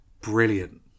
Brilliant